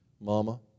Mama